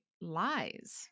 lies